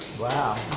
wow,